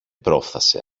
πρόφθασε